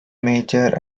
major